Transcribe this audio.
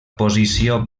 posició